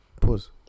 Pause